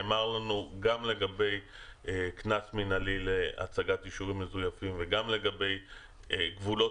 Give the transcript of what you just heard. נאמר לנו גם לגבי קנס מנהלי להצגת אישורים מזויפים וגם לגבי גבולות